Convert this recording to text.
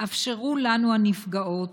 אפשרו לנו, הנפגעות,